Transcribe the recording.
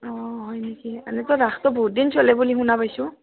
অ' হয় নেকি এনেতো ৰাসতো বহুত দিন চলে বুলি শুনা পাইছোঁ